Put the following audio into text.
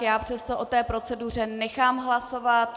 Já přesto o té proceduře nechám hlasovat.